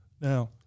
Now